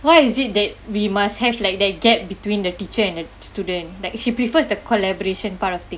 why is it that we must have like that gap between the teacher and the student like she prefers the collaboration part of things